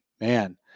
Man